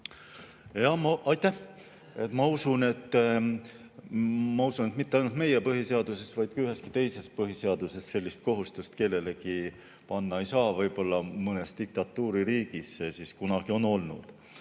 ja sisuliselt. Aitäh! Ma usun, et mitte ainult meie põhiseaduses, vaid ka üheski teises põhiseaduses sellist kohustust kellelegi panna ei saa. Võib-olla mõnes diktatuuririigis on see kunagi nii olnud.